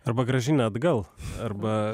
arba grąžina atgal arba